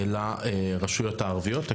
אל הרשויות הערביות.